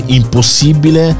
impossibile